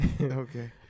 Okay